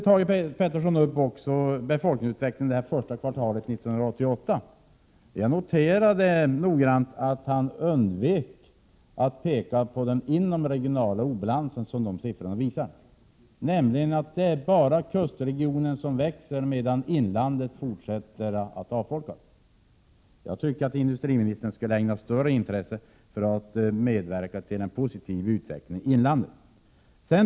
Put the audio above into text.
Thage Peterson tog också upp befolkningsutvecklingen under det första kvartalet 1988. Jag noterade noggrant att han undvek att peka på den inomregionala obalans som siffrorna visar. Det är bara kustregionen som växer, medan inlandet fortsätter att avfolkas. Jag tycker att industriministern skulle ha ägnat större intresse åt att medverka till en positiv utveckling i inlandet.